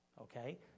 Okay